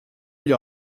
gli